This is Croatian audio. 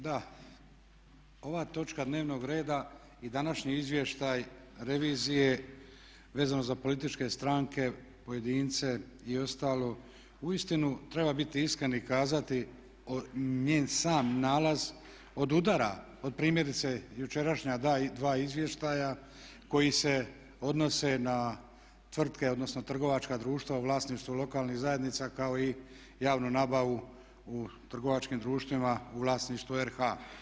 Da, ova točka dnevnog reda i današnji izvještaj revizije vezano za političke stranke, pojedince i ostalo uistinu treba biti iskren i kazati njen sam nalaz odudara od primjerice jučerašnja dva izvještaja koji se odnose na tvrtke odnosno trgovačka društva u vlasništvu lokalnih zajednica kao i javnu nabavu u trgovačkim društvima u vlasništvu Republike Hrvatske.